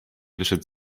wyszedł